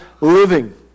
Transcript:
living